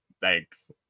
Thanks